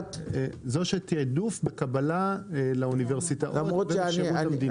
תיעדוף בקבלה לאוניברסיטאות ולשירות המדינה.